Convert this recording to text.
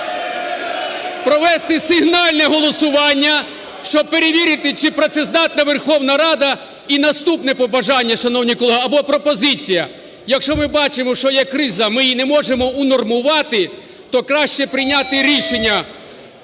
провести сигнальне голосування, щоб перевірити чи працездатна Верховна Рада. І наступне побажання, шановні колеги, або пропозиція: якщо ми бачимо, що є криза, а ми її не можемо унормувати, то краще прийняти рішення